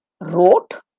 wrote